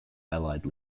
allied